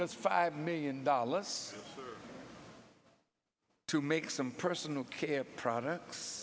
us five million dollars to make some personal care products